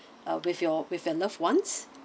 uh with your with your loved ones